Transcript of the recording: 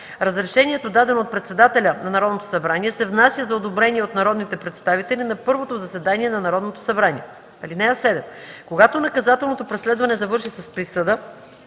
Разрешението, дадено от председателя на Народното събрание, се внася за одобрение от народните представители на първото заседание на Народното събрание. (7) Когато наказателното преследване завърши с присъда,